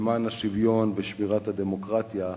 למען השוויון ושמירת הדמוקרטיה,